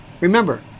Remember